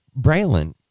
Braylon